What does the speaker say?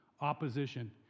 Opposition